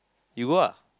you go